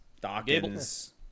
Dawkins